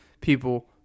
people